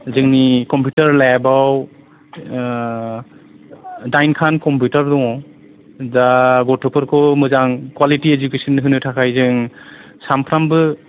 जोंनि कम्फिउटार लेबआव दाइन खान कम्फिउटार दङ दा गथ'फोरखौ मोजां कवालिथि इदुकेसन होनो थाखाय जों सानफ्रोमबो